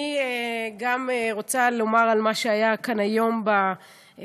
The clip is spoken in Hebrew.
אני גם רוצה לומר על מה שהיה כאן היום במליאה.